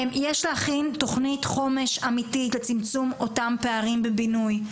יש להכין תוכנית חומש אמיתית לצמצום אותם פערים בבינוי,